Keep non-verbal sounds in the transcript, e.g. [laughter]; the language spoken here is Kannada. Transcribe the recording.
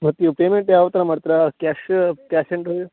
ಮತ್ತೆ ನೀವು ಪೇಮೆಂಟ್ ಯಾವ ಥರ ಮಾಡ್ತೀರಾ ಕ್ಯಾಷ್ ಕ್ಯಾಷ್ [unintelligible]